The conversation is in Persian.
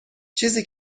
چیزی